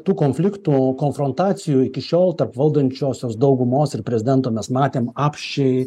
tų konfliktų konfrontacijų iki šiol tarp valdančiosios daugumos ir prezidento mes matėm apsčiai